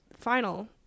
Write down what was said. final